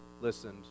listened